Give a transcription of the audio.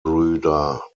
brüder